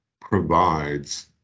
provides